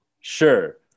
Sure